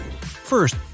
First